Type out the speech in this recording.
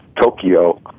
tokyo